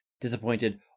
disappointed